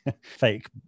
fake